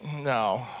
No